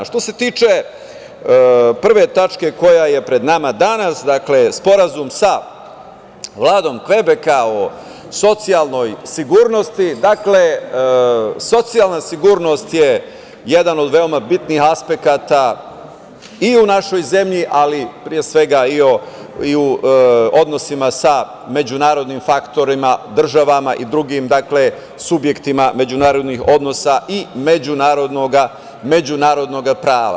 Što se tiče prve tačke koja je pred nama danas, Sporazum sa Vladom Kvebeka o socijalnoj sigurnosti, dakle, socijalna sigurnost je jedan od veoma bitnih aspekata i u našoj zemlji, ali pre svega i u odnosima sa međunarodnim faktorima, državama i drugim subjektima međunarodnih odnosa i međunarodnog prava.